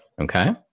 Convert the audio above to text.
okay